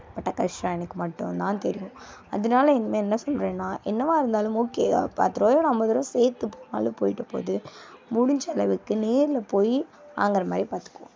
நான் பட்ட கஷ்டம் எனக்கு மட்டும் தான் தெரியும் அதனால இனிமேல் என்ன சொல்கிறன்னா என்னவாக இருந்தாலும் ஓகே பத்து ரூபாயோட ஐம்பதுரூபா சேர்த்துப்போனாலும் போய்ட்டு போகுது முடிஞ்சளவுக்கு நேரில் போய் வாங்குகிற மாதிரி பாத்துக்கோங்க